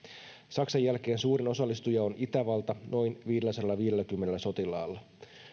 saksan jälkeen suurin osallistuja on itävalta noin viidelläsadallaviidelläkymmenellä sotilaalla